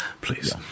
please